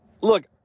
look